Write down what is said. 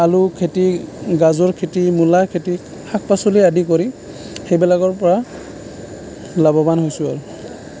আলু খেতি গাজৰ খেতি মূলা খেতি শাক পাচলি আদি কৰি সেইবিলাকৰপৰা লাভৱান হৈছোঁ আৰু